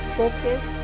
focus